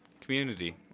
Community